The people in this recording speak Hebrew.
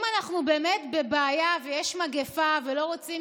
אם אנחנו באמת בבעיה ויש מגפה ולא רוצים